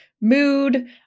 mood